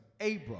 Abram